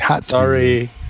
Sorry